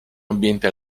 ambiente